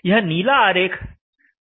यह नीला आरेख पावर कर्व दर्शाता है